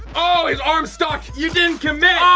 oh, his arm stuck! you didn't commit!